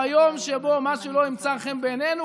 ביום שבו משהו לא ימצא חן בעינינו,